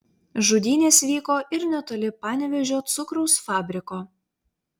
žudynės vyko ir netoli panevėžio cukraus fabriko